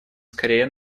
скорее